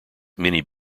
many